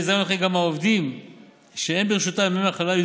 בהסדר הנוכחי גם עובדים שאין ברשותם ימי מחלה יהיו